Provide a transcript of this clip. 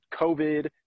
COVID